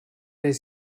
does